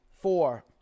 four